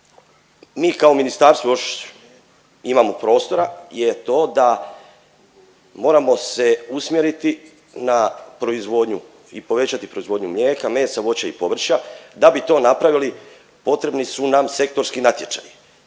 mi kao ministarstvo još imamo prostora je to da moramo se usmjeriti na proizvodnju i povećati proizvodnju mlijeka, mesa, voća i povrća. Da bi to napravili potrebni su nam sektorski natječaji.